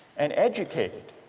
and educated